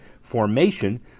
formation